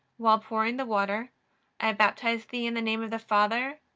while pouring the water i baptize thee in the name of the father,